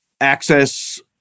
Access